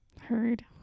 heard